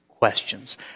questions